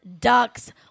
ducks